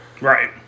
Right